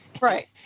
Right